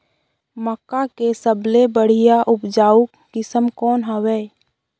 मक्का के सबले बढ़िया उपजाऊ किसम कौन हवय?